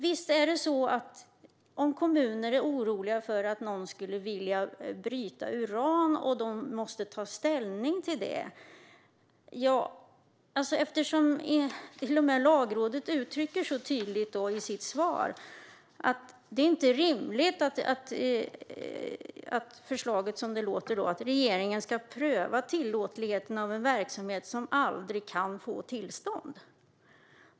Ministern tar upp frågan om kommuner som är oroliga för att någon skulle vilja bryta uran och som måste ta ställning. Men till och med Lagrådet uttrycker tydligt i sitt svar att det inte är rimligt att regeringen enligt förslaget ska pröva tillåtligheten av en verksamhet som aldrig kan få tillstånd.